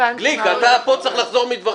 גליק, אתה פה צריך לחזור בך מדברך.